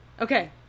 Okay